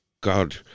God